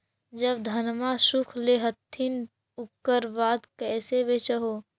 जब धनमा सुख ले हखिन उकर बाद कैसे बेच हो?